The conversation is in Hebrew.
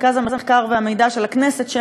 מרכז המחקר והמידע של הכנסת,